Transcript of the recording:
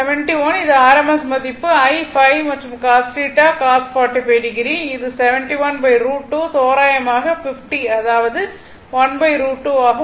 V r 71 இது rms மதிப்பு I 5 மற்றும் cos θ cos 45o இது 71 √2 தோராயமாக 50 அதாவது 1 √2 ஆகும்